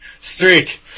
streak